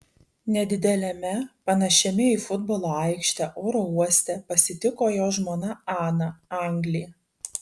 nedideliame panašiame į futbolo aikštę oro uoste pasitiko jo žmona ana anglė